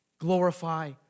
glorify